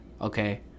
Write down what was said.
Okay